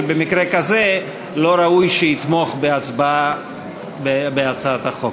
שבמקרה כזה לא ראוי שיתמוך בהצבעה בהצעת החוק.